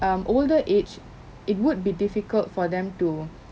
um older age it would be difficult for them to